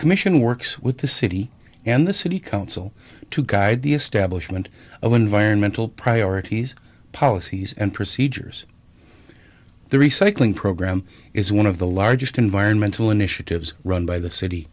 commission works with the city and the city council to guide the establishment of environmental priorities policies and procedures the recycling program is one of the largest environmental initiatives run by the city